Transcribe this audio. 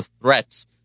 threats